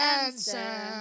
answer